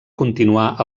continuar